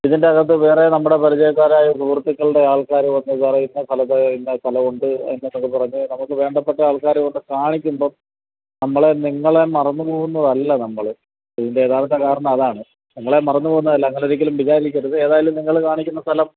ഇതിൻ്റെ അകത്ത് വേറെ നമ്മുടെ പരിചയക്കാരായ സുഹൃത്തുക്കളുടെ ആൾക്കാർ വന്നു സാറെ ഇന്ന സ്ഥലത്ത് ഇന്ന സ്ഥലം ഉണ്ട് എന്നൊക്കെ പറഞ്ഞു നമുക്ക് വേണ്ടപ്പെട്ട ആൾക്കാരെ വന്നു കാണിക്കുമ്പം നമ്മൾ നിങ്ങളെ മറന്നു പോവുന്നതല്ല നമ്മൾ ഇതിൻ്റെ യഥാർത്ഥ കാരണം അതാണ് നിങ്ങളെ മറന്നു പോവുന്നതല്ല അങ്ങനെ ഒരിക്കലും വിചാരിക്കരുത് എന്തായാലും നിങ്ങൾ കാണിക്കുന്ന സ്ഥലം